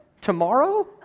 Tomorrow